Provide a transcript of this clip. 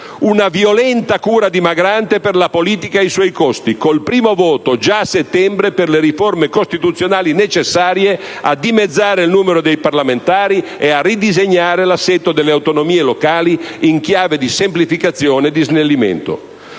Una violenta cura dimagrante per la politica e i suoi costi, col primo voto, già a settembre, per le riforme costituzionali necessarie a dimezzare il numero dei parlamentari e a ridisegnare l'assetto delle autonomie locali, in chiave di semplificazione e snellimento.